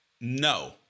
No